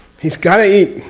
he's got to eat.